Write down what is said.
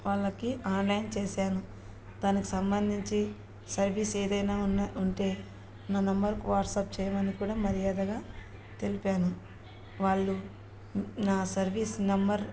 వాళ్ళకి ఆన్లైన్ చేశాను దానికి సంబంధించి సర్వీస్ ఏదైనా ఉన్న ఉంటే నా నెంబర్కి వాట్సాప్ చేయమని కూడా మర్యాదగా తెలిపాను వాళ్ళు నా సర్వీస్ నెంబర్